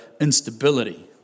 instability